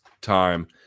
time